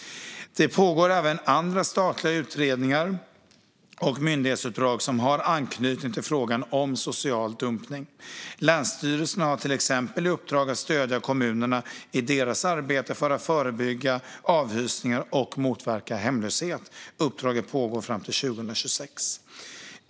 Det pågår även andra statliga utredningar och myndighetsuppdrag som har anknytning till frågan om social dumpning. Länsstyrelserna har till exempel i uppdrag att stödja kommunerna i deras arbete för att förebygga avhysningar och motverka hemlöshet. Uppdraget pågår till 2026.